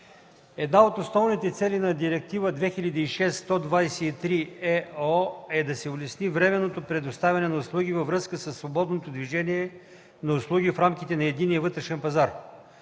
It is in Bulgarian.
Една от основните цели на Директива 2006/123/ЕО е да се улесни временното предоставяне на услуги във връзка със свободното движение на услуги в рамките на Единния вътрешен пазар.